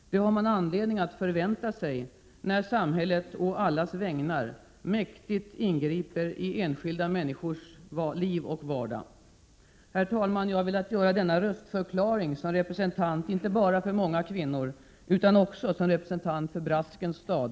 Det har man anledning att förvänta sig när samhället på allas vägnar mäktigt ingriper i enskilda människors liv och vardag. Herr talman! Jag har velat göra denna röstförklaring, inte bara som representant för många kvinnor utan också som representant för Braskens stad.